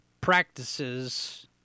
practices